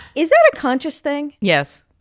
is that a conscious thing? yes